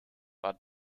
bad